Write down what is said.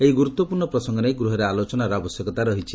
ଏହି ଗୁରୁତ୍ୱପୂର୍ଣ୍ଣ ପ୍ରସଙ୍ଗ ନେଇ ଗୃହରେ ଆଲୋଚନାର ଆବଶ୍ୟକତା ରହିଛି